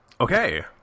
Okay